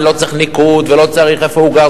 לא צריך ניקוד ולא צריך איפה הוא גר,